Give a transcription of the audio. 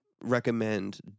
recommend